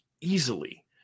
easily